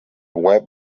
web